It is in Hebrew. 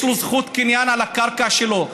יש לו זכות קניין על הקרקע שלו,